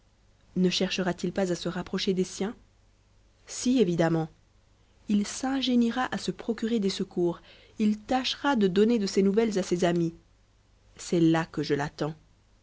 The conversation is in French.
ne cherchera t il pas à se rapprocher des siens si évidemment il s'ingéniera à se procurer des secours il tâchera de donner de ses nouvelles à ses amis c'est là que je l'attends